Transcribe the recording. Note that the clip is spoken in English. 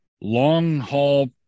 long-haul